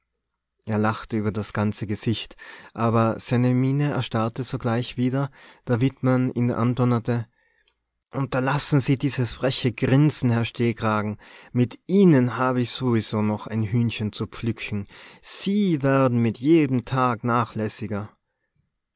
er lachte über das ganze gesicht aber seine miene erstarrte sogleich wieder da wittmann ihn andonnerte unterlassen sie dieses freche grinsen herr stehkragen mit ihnen habe ich sowieso noch ein hühnchen zu pflücken sie werden mit jedem tag nachlässiger